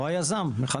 או היזם.